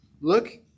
look